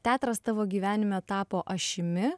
teatras tavo gyvenime tapo ašimi